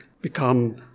become